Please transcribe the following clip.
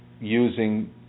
using